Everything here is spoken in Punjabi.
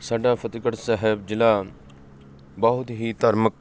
ਸਾਡਾ ਫਤਿਹਗੜ੍ਹ ਸਾਹਿਬ ਜ਼ਿਲ੍ਹਾ ਬਹੁਤ ਹੀ ਧਾਰਮਿਕ